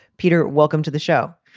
peter, welcome to the show.